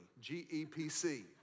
G-E-P-C